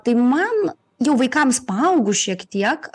tai man jau vaikams paaugus šiek tiek